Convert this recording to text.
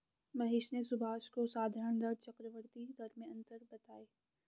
महेश ने सुभाष को साधारण दर चक्रवर्ती दर में अंतर बताएं